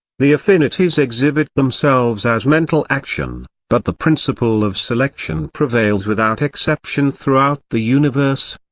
the affinities exhibit themselves as mental action but the principle of selection prevails without exception throughout the universe.